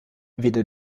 weder